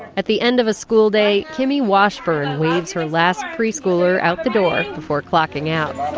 at the end of a school day, kimmi washburn waved her last preschooler out the door before clocking out.